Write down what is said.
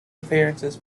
appearances